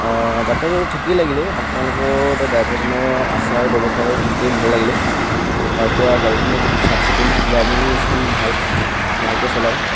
যাত্ৰাটো ঠিকেই লাগিলে আপোনালোকৰতো ড্ৰাইভাৰজনৰ আচাৰ ব্যৱহাৰ ঠিকে ভাল লাগিলে তাৰপৰা গাড়ীখনো খুব চাফ চিকুণ ড্ৰাইভিঙো স্কিল ভাল লাহেকৈ চলায়